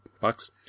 bucks